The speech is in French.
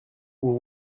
vous